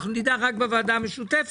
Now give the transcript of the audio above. אנחנו נדע רק בוועדה המשותפת,